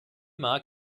mark